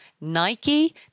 Nike